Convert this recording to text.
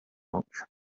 much